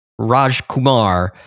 Rajkumar